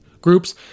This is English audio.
groups